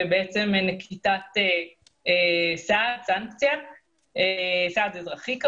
נקיטת סנקציה וכמובן סעד אזרחי.